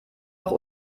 noch